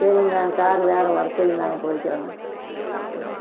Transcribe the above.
சரிங்க நாங்கள் கார் வேறு வர சொல்லி நாங்கள் போய்க்கிறோங்க சரி